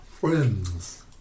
friends